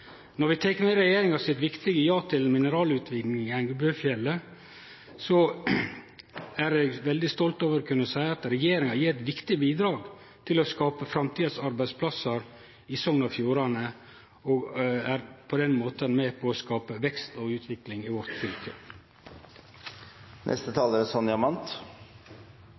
Når vi tek med regjeringa sitt viktige ja til mineralutvinning i Engebøfjellet, er eg veldig stolt over å kunne seie at regjeringa gjev eit viktig bidrag til å skape framtidas arbeidsplassar i Sogn og Fjordane og på den måten er med på å skape vekst og utvikling i vårt